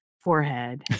forehead